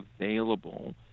available